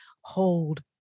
hold